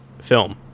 film